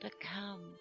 become